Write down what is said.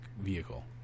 vehicle